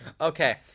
Okay